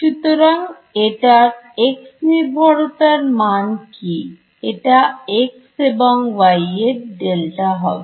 সুতরাং এটার x নির্ভরতার মান কি এটা এক্স এবং ওয়াই এর ডেল্টা হবে